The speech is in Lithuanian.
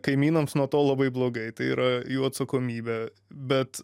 kaimynams nuo to labai blogai tai yra jų atsakomybė bet